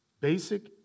basic